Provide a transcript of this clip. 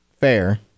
Fair